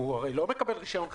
הוא לא מקבל רישיון חדש.